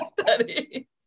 study